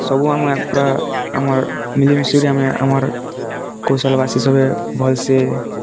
ସବୁ ଆମେ ପୁରା ଆମର୍ ମିଳିମିଶି କରି ଆମେ ଆମର୍ କୌଶଳ ଭାସି ସଭିଏ ଭଲ୍ ସେ